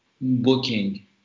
booking